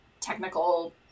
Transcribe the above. technical